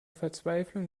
verzweiflung